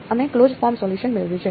અમે close form solution મેળવ્યું છે